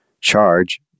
charge